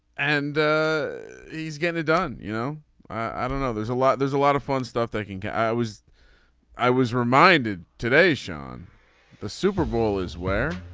and he's getting it done. you know i don't know. there's a lot there's a lot of fun stuff thinking i was i was reminded today showing the super bowl is where